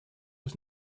was